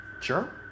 Sure